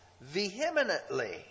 vehemently